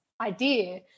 idea